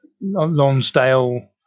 Lonsdale